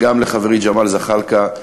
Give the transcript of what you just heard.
וגם לחברי ג'מאל זחאלקה,